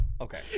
Okay